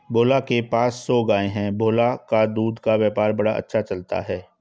भोला के पास सौ गाय है भोला का दूध का व्यापार बड़ा अच्छा चलता है